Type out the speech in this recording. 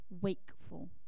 wakeful